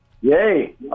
Yay